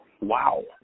Wow